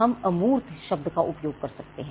हम अमूर्त शब्द का उपयोग कर सकते हैं